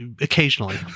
occasionally